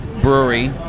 Brewery